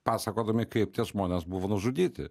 pasakodami kaip tie žmonės buvo nužudyti